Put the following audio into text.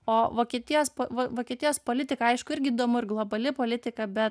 o vokietijos po vo vokietijos politiką aišku irgi įdomu ir globali politika bet